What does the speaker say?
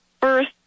First